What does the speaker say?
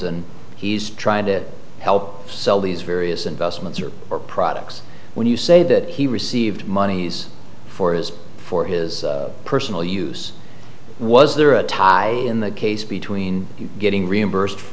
and he's trying to help sell these various investments or or products when you say that he received monies for his for his personal use was there a tie in the case between getting reimbursed